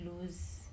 lose